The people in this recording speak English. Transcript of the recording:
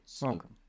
Welcome